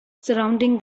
surrounding